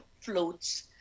floats